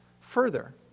Further